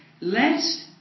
lest